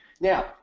Now